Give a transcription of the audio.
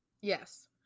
Yes